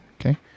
Okay